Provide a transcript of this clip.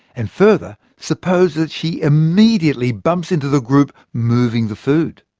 and further, suppose that she immediately bumps into the group moving the food.